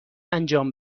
انجام